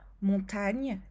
montagne